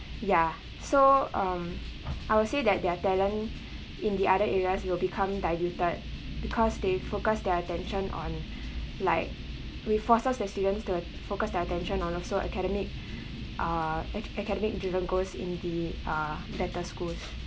ya so um I would say that their talent in the other areas will become diluted because they focused their attention on like we forces the students to focus their attention on also academic ah ac~ academic driven goals in the uh better schools